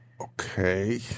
Okay